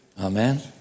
Amen